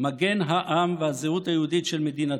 "מגן העם והזהות היהודית של מדינתו".